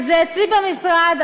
זה אצלי במשרד.